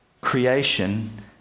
creation